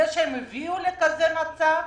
על זה שהם הביאו לכזה מצב?